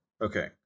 Okay